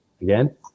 again